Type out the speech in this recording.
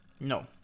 No